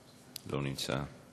לא נמצא.